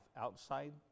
outside